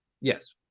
Yes